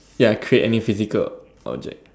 ya create any physical object